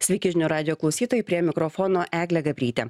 sveiki žinių radijo klausytojai prie mikrofono eglė gabrytė